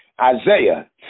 Isaiah